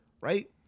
right